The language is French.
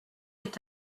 est